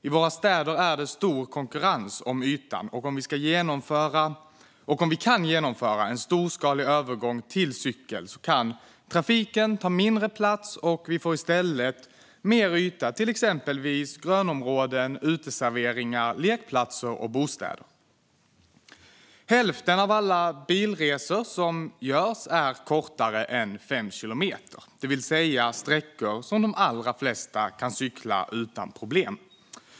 I våra städer är det stor konkurrens om ytan, och om vi kan genomföra en storskalig övergång till cykel kan trafiken ta mindre plats och vi får i stället mer yta till exempelvis grönområden, uteserveringar, lekplatser och bostäder. Hälften av alla bilresor som görs är kortare än fem kilometer, det vill säga sträckor som de allra flesta kan cykla utan problem.